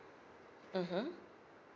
mmhmm